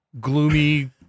gloomy